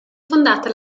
fondata